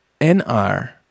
NR